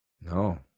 No